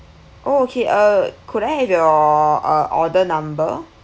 oh okay uh could I have your uh order number